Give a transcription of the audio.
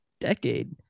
decade